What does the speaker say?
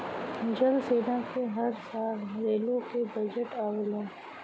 जल सेना क हर साल रेलो के बजट आवला